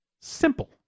simple